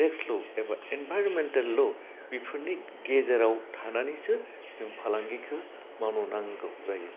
tax law एबा environmental law बेरफोरनि गेजेराव थानानैसो जों फालांगिखौ मावनो नांगौ जायो